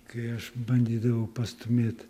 kai aš bandydavau pastumėt